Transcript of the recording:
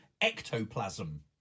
ectoplasm